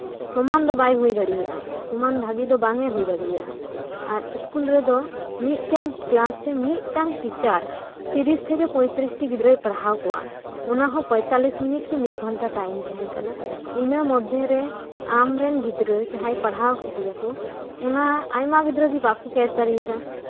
ᱥᱚᱢᱟᱱ ᱫᱚ ᱵᱟᱭ ᱦᱩᱭ ᱫᱟᱲᱮᱭᱟᱜᱼᱟ ᱥᱚᱢᱟᱱ ᱵᱷᱟᱹᱜᱤ ᱫᱚ ᱵᱟᱝ ᱮ ᱦᱩᱭ ᱫᱟᱲᱮᱭᱟᱜᱼᱟ ᱟᱨ ᱮᱥᱠᱩᱞ ᱨᱮᱫᱚ ᱢᱤᱫᱴᱟᱱ ᱠᱞᱟᱥᱨᱮ ᱢᱤᱫᱴᱟᱱ ᱴᱤᱪᱟᱨ ᱛᱤᱨᱤᱥ ᱛᱷᱮᱠᱮ ᱯᱚᱸᱭᱛᱨᱤᱥᱴᱤ ᱜᱤᱫᱽᱨᱟᱹᱭ ᱯᱟᱲᱦᱟᱣ ᱠᱚᱣᱟ ᱚᱱᱟᱦᱚᱸ ᱯᱚᱭᱛᱟᱞᱞᱤᱥ ᱢᱤᱱᱤᱴ ᱠᱤ ᱢᱤᱫ ᱜᱷᱚᱱᱴᱟ ᱴᱟᱭᱤᱢ ᱛᱟᱸᱦᱮᱱ ᱠᱟᱱᱟ ᱤᱱᱟᱹ ᱢᱚᱫᱽᱫᱷᱮ ᱨᱮ ᱟᱢᱨᱮᱱ ᱜᱤᱫᱽᱲᱨᱟᱹ ᱡᱟᱦᱟᱸᱭ ᱯᱟᱲᱦᱟᱣ ᱠᱮᱫᱮᱭᱟᱠᱚ ᱚᱱᱟ ᱟᱭᱢᱟ ᱜᱤᱫᱽᱨᱟᱹ ᱜᱮ ᱵᱟᱠᱚ ᱠᱮᱪ ᱫᱟᱲᱮᱭᱟᱫᱟ